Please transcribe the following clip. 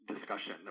discussion